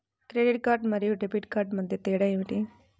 Credit card మరియు debit card మధ్య తేడా ఏమిటి?